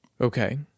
okay